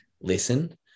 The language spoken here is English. listen